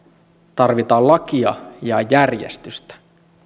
tarvitaan lakia ja järjestystä